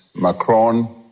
Macron